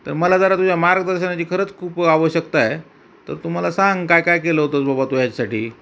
तर मला जरा तुझ्या मार्गदर्शनाची खरंच खूप आवश्यकता आहे तर तू मला सांग काय काय केलं होतेस बबा तो ह्याच्यासाठी